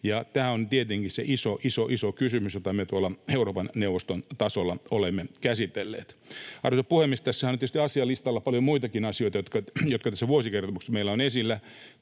tämä on tietenkin se iso kysymys, jota me tuolla Euroopan neuvoston tasolla olemme käsitelleet. Arvoisa puhemies! Tässähän on tietysti asialistalla paljon muitakin asioita, jotka tässä vuosikertomuksessa meillä ovat esillä.